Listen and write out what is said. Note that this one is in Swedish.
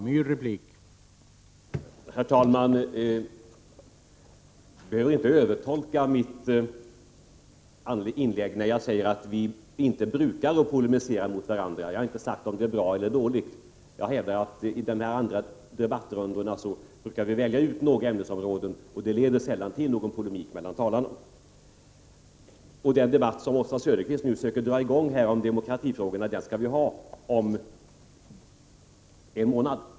Herr talman! Man behöver inte övertolka mitt inlägg när jag säger att vi inte brukar polemisera mot varandra. Jag har inte uttalat mig om huruvida det är bra eller dåligt. Jag hävdar att vi i dessa andra debattrundor brukar välja ut några ämnesområden, och dessa leder sällan till någon polemik mellan talarna. Den debatt som Oswald Söderqvist nu försöker dra i gång om demokratifrågorna skall vi ha om en månad.